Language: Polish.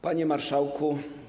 Panie Marszałku!